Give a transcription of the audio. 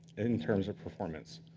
in terms of performance.